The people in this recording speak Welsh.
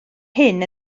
hyn